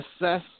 assess